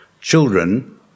children